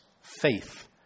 faith